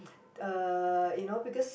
uh you know because